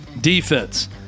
defense